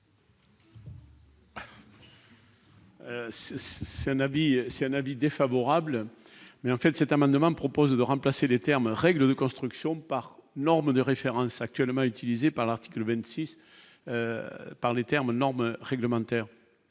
c'est un avis défavorable, mais en fait, cet amendement propose de remplacer les termes règles de construction par norme de référence, actuellement utilisés par l'article 26 par les termes normes réglementaires